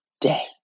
day